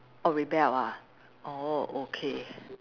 oh rebelled ah oh okay